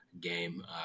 game